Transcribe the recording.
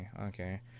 Okay